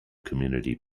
community